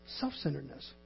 self-centeredness